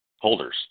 holders